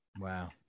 Wow